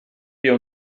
wir